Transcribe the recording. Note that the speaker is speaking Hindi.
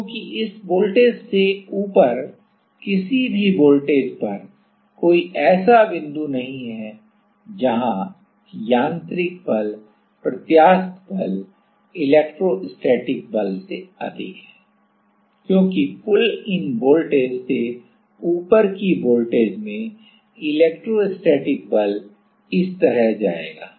क्योंकि इस वोल्टेज से ऊपर किसी भी वोल्टेज पर कोई ऐसा बिंदु नहीं है जहां यांत्रिक बल प्रत्यास्थ बल इलेक्ट्रोस्टेटिक बल से अधिक है क्योंकि पुल इन वोल्टेज से ऊपर की वोल्टेज में इलेक्ट्रोस्टैटिक बल इस तरह जाएगा